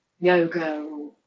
yoga